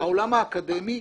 העולם האקדמי,